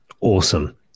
Awesome